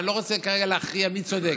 ואני לא רוצה כרגע להכריע מי צודק,